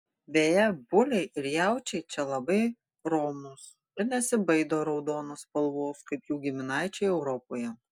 beje buliai ir jaučiai čia labai romūs ir nesibaido raudonos spalvos kaip jų giminaičiai europoje